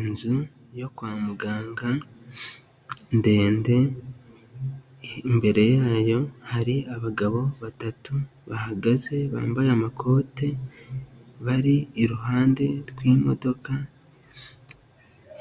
Inzu yo kwa muganga ndende, imbere yayo hari abagabo batatu bahagaze bambaye amakoti bari iruhande rw'imodoka,